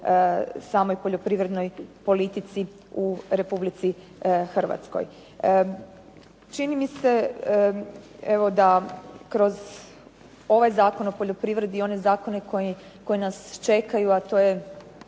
samoj poljoprivrednoj politici u Republici Hrvatskoj. Čini mi se evo da kroz ovaj Zakon o poljoprivredi i one zakone koji nas čekaju a to je